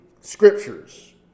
Scriptures